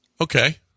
okay